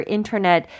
internet